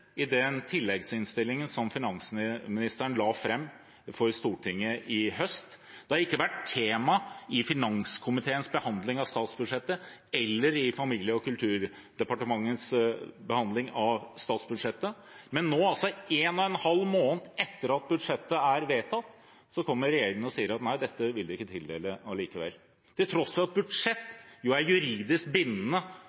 i den tilleggsinnstillingen som finansministeren la fram for Stortinget i høst. Det har ikke vært tema i finanskomiteens behandling av statsbudsjettet eller i familie- og kulturkomiteens behandling av statsbudsjettet. Men nå, en og en halv måned etter at budsjettet er vedtatt, kommer regjeringen og sier at nei, dette vil de ikke tildele allikevel – til tross for at budsjett